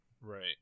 Right